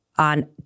On